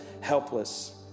helpless